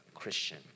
Christian